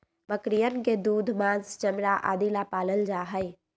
बकरियन के दूध, माँस, चमड़ा आदि ला पाल्ल जाहई